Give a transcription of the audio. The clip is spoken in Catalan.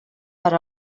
per